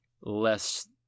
less